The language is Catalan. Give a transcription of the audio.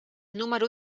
número